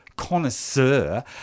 connoisseur